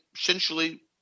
essentially